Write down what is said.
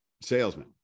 salesman